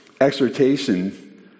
exhortation